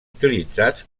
utilitzats